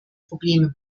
probleme